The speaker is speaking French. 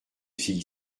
fille